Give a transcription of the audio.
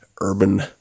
urban